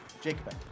Jacob